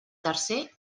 tercer